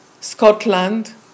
Scotland